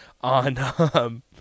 on